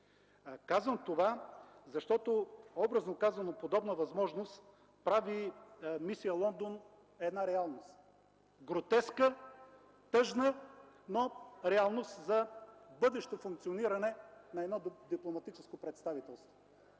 Казвам това, защото образно казано подобна възможност прави „Мисия Лондон” една реалност, гротеска – тъжна, но реалност за бъдещо функциониране на едно дипломатическо представителство.